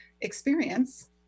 experience